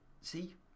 See